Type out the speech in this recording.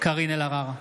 קארין אלהרר,